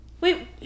Wait